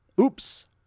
Oops